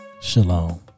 Shalom